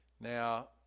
Now